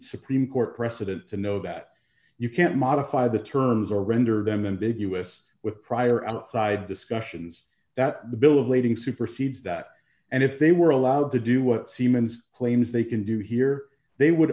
supreme court precedent to know that you can't modify the terms or render them in big us with prior outside discussions that the bill of lading supersedes that and if they were allowed to do what siemens claims they can do here they would